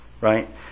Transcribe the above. right